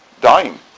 dying